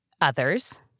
others